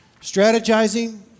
strategizing